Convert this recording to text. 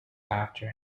after